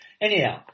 Anyhow